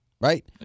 Right